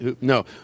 No